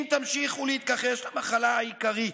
אם תמשיכו להתכחש למחלה העיקרית,